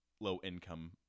low-income